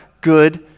good